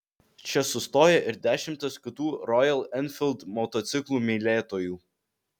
čia sustoja ir dešimtys kitų rojal enfild motociklų mylėtojų